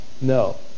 No